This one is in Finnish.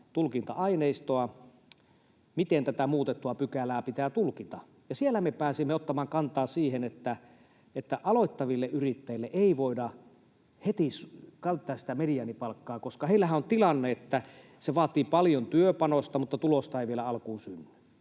tulkinta-aineistoa, että miten tätä muutettua pykälää pitää tulkita. Ja siellä me pääsimme ottamaan kantaa siihen, että aloittaville yrittäjille ei voida heti käyttää sitä mediaanipalkkaa, koska heillähän on tilanne, että se vaatii paljon työpanosta, mutta tulosta ei vielä alkuun synny,